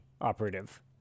operative